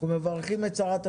מברכים את שרת התחבורה,